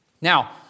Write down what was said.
Now